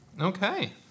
Okay